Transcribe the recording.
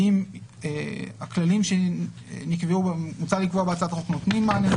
האם הכללים שמוצע לקבוע בהצעת החוק נותנים מענה?